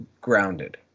grounded